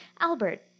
Albert